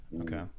Okay